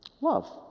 love